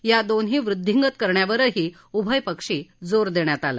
या दोन्ही वृद्धींगत करण्यावरही उभय पक्षी जोर देण्यात आला